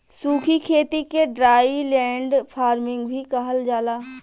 सूखी खेती के ड्राईलैंड फार्मिंग भी कहल जाला